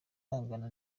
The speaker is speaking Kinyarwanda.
bangana